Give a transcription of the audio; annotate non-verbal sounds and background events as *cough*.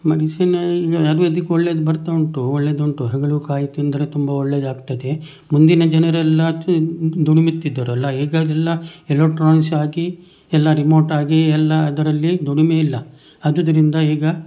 medicine ಈಗ ಆಯುರ್ವೇದಿಕ್ ಒಳ್ಳೇದು ಬರ್ತಾ ಉಂಟು ಒಳ್ಳೇದುಂಟು ಹಾಗಲಕಾಯಿ ತಿಂದರೆ ತುಂಬ ಒಳ್ಳೇದಾಗ್ತದೆ ಮುಂದಿನ ಜನರೆಲ್ಲ *unintelligible* ಈಗ ಅದೆಲ್ಲ ಎಲೆಕ್ಟ್ರಾನಿಕ್ಸ್ ಆಗಿ ಎಲ್ಲ ರಿಮೋಟಾಗಿ ಎಲ್ಲ ಅದರಲ್ಲಿ ದುಡಿಮೆಯಿಲ್ಲ ಆದ್ದರಿಂದ ಈಗ